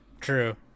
true